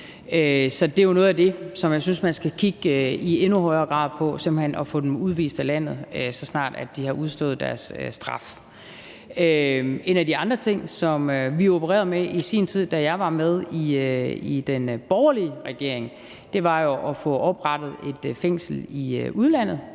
Så noget af det, som jeg synes man skal kigge på i endnu højere grad, er simpelt hen at få dem udvist af landet, så snart de har udstået deres straf. En af de andre ting, som vi opererede med i sin tid, da jeg var med i den borgerlige regering, var jo at få oprettet et fængsel i udlandet.